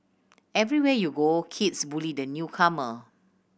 everywhere you go kids bully the newcomer